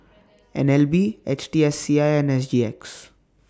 N L B H T S C I and S G X